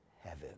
heaven